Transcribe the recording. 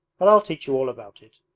but i'll teach you all about it.